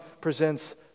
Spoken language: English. presents